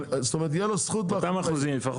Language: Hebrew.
זאת אומרת תהיה לו זכות באותו דבר,